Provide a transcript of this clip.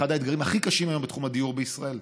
אחד האתגרים הכי קשים היום בתחום הדיור בישראל.